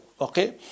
Okay